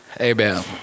Amen